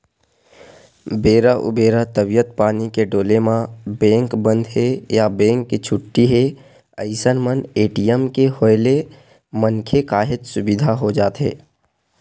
बेरा उबेरा तबीयत पानी के डोले म बेंक बंद हे या बेंक के छुट्टी हे अइसन मन ए.टी.एम के होय ले मनखे काहेच सुबिधा हो जाथे